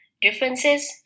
differences